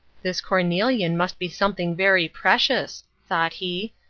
this cornelian must be something very precious, thought he,